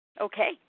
Okay